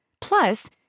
Plus